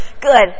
Good